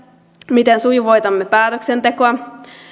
miten sujuvoitamme päätöksentekoa